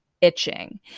itching